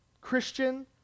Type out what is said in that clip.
Christian